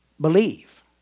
believe